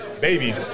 baby